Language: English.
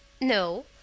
No